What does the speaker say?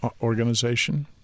organization